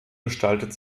gestaltet